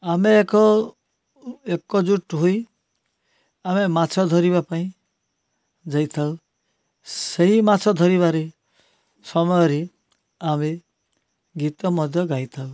ଆମେ ଏକ ଏକଜୁଟ ହୋଇ ଆମେ ମାଛ ଧରିବାପାଇଁ ଯାଇଥାଉ ସେହି ମାଛ ଧରିବାରେ ସମୟରେ ଆମେ ଗୀତ ମଧ୍ୟ ଗାଇଥାଉ